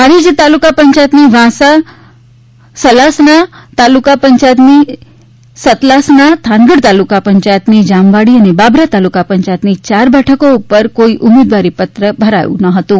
હારીજ તાલુકા પંચાયતની વાંસા સતલાસણા તાલુકા પંચાયતની સતલાસણા થાનગઢ તાલુકા પંચાયતની જામવાળી અને બાબરા તાલુકા પંચાયતની ચાર બેઠકો ઉપર કોઈ ઉમેદવારીપત્રક ભરાયું ન હતું